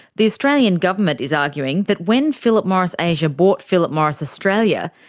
the australian government is arguing that when philip morris asia bought philip morris australia,